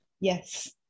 yes